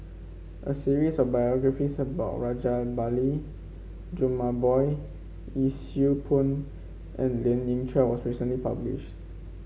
a series of biographies about Rajabali Jumabhoy Yee Siew Pun and Lien Ying Chow was recently published